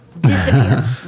disappear